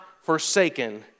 forsaken